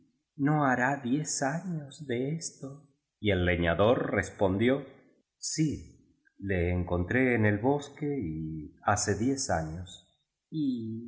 no hará diez años de esto y el leñador respondió sí le encontré en el bosque y hace diez años y